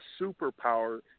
superpower